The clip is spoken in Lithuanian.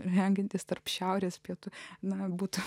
žengiantis tarp šiaurės pietų na būtų